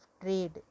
trade